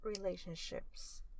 relationships